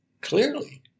clearly